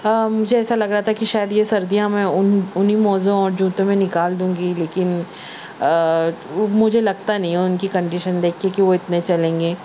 مجھے ایسا لگ رہا تھا کہ شاید یہ سردیاں میں اون اونی موزوں اور جوتوں میں نکال دوں گی لیکن وہ مجھے لگتا نہیں ہے ان کی کنڈیشن دیکھ کے کہ وہ اتنے چلیں گے